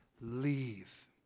Leave